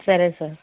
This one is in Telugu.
సరే సార్